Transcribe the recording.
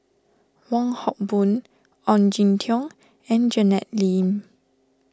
Wong Hock Boon Ong Jin Teong and Janet Lim